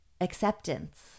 acceptance